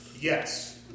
Yes